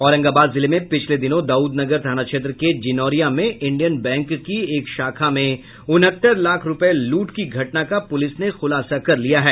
औरंगाबाद जिले में पिछले दिनों दाउदनगर थाना क्षेत्र के जिनौरिया में इंडियन बैंक की एक शाखा में उनहत्तर लाख रूपये लूट की घटना का पुलिस ने खुलासा कर लिया है